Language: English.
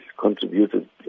contributed